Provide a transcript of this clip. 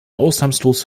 ausnahmslos